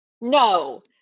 No